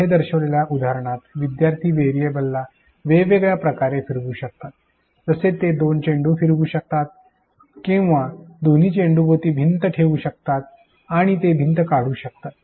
येथे दर्शविलेल्या उदाहरणात विद्यार्थी व्हेरिएबल्सना वेगवेगळ्या प्रकारे वापरू शकतात जसे ते दोन चेंडू फिरवू शकतात आणि दोन्ही चेंडूभोवती भिंत ठेवू शकतात किंवा ते भिंत काढू शकतात